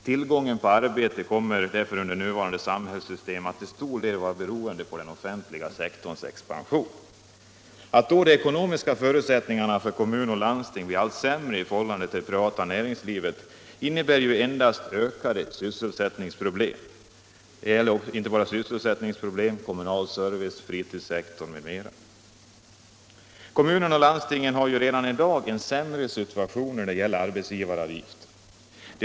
Tillgången på arbete kommer därför med nuvarande samhällssystem att till stor del vara beroende av den offentliga sektorns expansion. Att de ekonomiska förutsättningarna för kommuner och landsting då blir än sämre i förhållande till det privata näringslivet innebär endast ökade sysselsättningsproblem och försämrad kommunal service, fritidsverksamhet m.m. Kommunerna och landstingen har redan i dag en sämre situation när det gäller arbetsgivaravgifterna.